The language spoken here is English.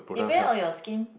depend on your skin